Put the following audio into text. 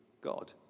God